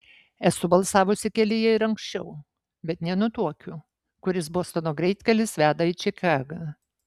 esu balsavusi kelyje ir anksčiau bet nenutuokiu kuris bostono greitkelis veda į čikagą